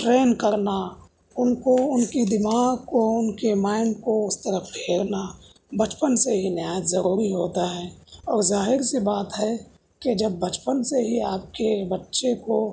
trend کرنا ان کو ان کی دماغ کو ان کے مائنڈ کو اس طرف پھیرنا بچپن سے ہی نہایت ضروری ہوتا ہے اور ظاہر سی بات ہے کہ جب بچپن سے ہی آپ کے بچے کو